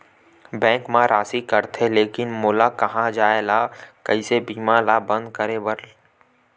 Bank मा राशि कटथे लेकिन मोला कहां जाय ला कइसे बीमा ला बंद करे बार?